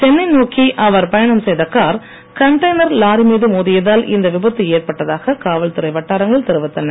சென்னை நோக்கி அவர் பயணம் செய்த கார் கன்டெய்னர் லாரி மீது மோதியதால் இந்த விபத்து ஏற்பட்டதாக காவல்துறை வட்டாரங்கள் தெரிவித்தன